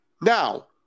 Now